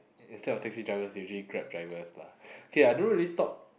instead of taxi drivers usually Grab drivers lah K I don't really talk